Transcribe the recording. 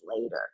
later